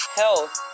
health